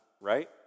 Right